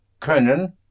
können